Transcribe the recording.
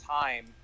time